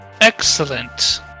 Excellent